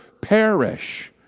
perish